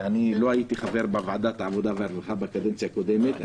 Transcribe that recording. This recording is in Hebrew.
ואני לא הייתי חבר בוועדת העבודה והרווחה בקדנציה הקודמת.